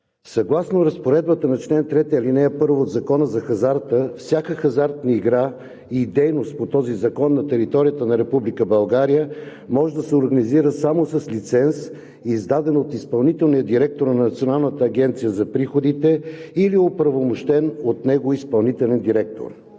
Съгласно разпоредбата на чл. 3, ал. 1 от Закона за хазарта всяка хазартна игра и дейност по този закон на територията на Република България може да се организира само с лиценз, издаден от изпълнителния директор на Националната агенция за приходите или оправомощен от него изпълнителен директор.